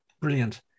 Brilliant